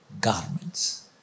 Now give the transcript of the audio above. garments